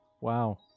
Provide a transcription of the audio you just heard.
Wow